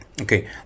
Okay